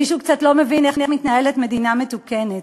מישהו קצת לא מבין איך מתנהלת מדינה מתוקנת.